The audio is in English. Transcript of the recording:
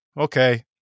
Okay